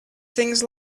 things